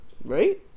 Right